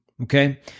Okay